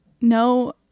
no